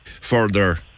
further